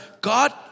God